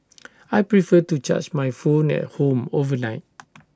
I prefer to charge my phone at home overnight